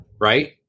Right